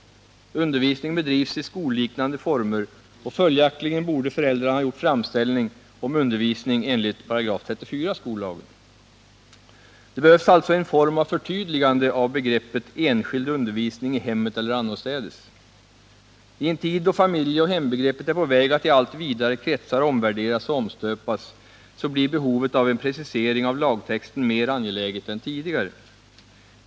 Undervisningen bedrivs i skolliknande former, och följaktligen borde föräldrarna ha gjort framställning om undervisning enligt 34 § skollagen. Det behövs alltså en form av förtydligande av begreppet enskild undervisning i hemmet eller annorstädes. I en tid då familjeoch hembegreppet är på väg att i allt vidare kretsar omvärderas och omstöpas, blir behovet av en precisering av lagtexten mer angelägen än tidigare.